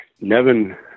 Nevin